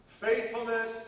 faithfulness